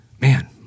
Man